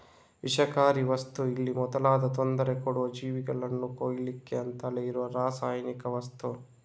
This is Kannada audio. ವಿಷಕಾರಿ ವಸ್ತು ಇಲಿ ಮೊದಲಾದ ತೊಂದ್ರೆ ಕೊಡುವ ಜೀವಿಗಳನ್ನ ಕೊಲ್ಲಿಕ್ಕೆ ಅಂತಲೇ ಇರುವ ರಾಸಾಯನಿಕ ವಸ್ತು